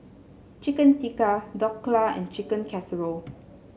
Chicken Tikka Dhokla and Chicken Casserole